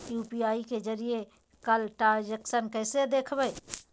UPI के जरिए कैल ट्रांजेक्शन कैसे देखबै?